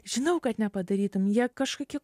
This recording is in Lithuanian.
žinau kad nepadarytum jie kažkokie